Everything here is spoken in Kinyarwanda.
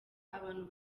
abantu